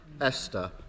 Esther